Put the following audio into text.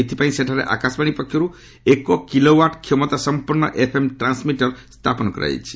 ଏଥିପାଇଁ ସେଠାରେ ଆକାଶବାଣୀ ପକ୍ଷରୁ ଏକ କିଲୋୱାଟ କ୍ଷମତା ସଂପନ୍ନ ଏଫ୍ଏମ୍ ଟ୍ରାନ୍ୱମିଟର ସ୍ଥାପନ କରାଯାଇଛି